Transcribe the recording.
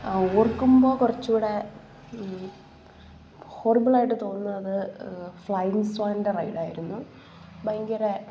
ഓർക്കുമ്പോൾ കുറച്ച് കൂടെ ഹൊറിബിളായിട്ട് തോന്നുന്നത് ഫ്ലയിങ് സ്വാൻ്റെ റൈഡായിരുന്നു ഭയങ്കര